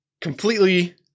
completely